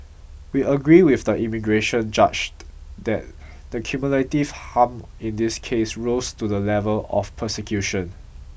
we agree with the immigration judge that the cumulative harm in this case rose to the level of persecution